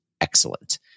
excellent